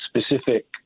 specific